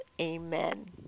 Amen